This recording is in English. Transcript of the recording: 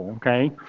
okay